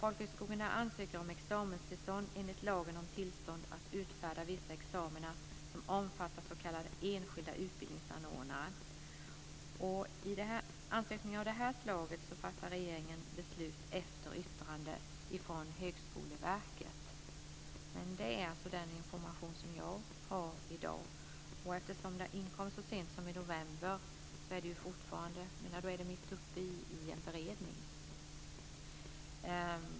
Folkhögskolorna ansöker om examenstillstånd enligt lagen om tillstånd att utfärda vissa examina som omfattar s.k. enskilda utbildningsanordnare. I fråga om ansökningar av det här slaget fattar regeringen beslut efter yttrande från Högskoleverket. Det är alltså den information som jag har i dag. Eftersom de inkom så sent som i november är de fortfarande mitt uppe i en beredning.